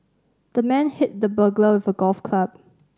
the man hit the burglar with a golf club